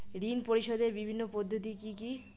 ঋণ পরিশোধের বিভিন্ন পদ্ধতি কি কি?